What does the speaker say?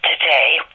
today